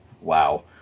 Wow